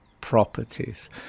properties